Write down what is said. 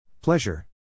Pleasure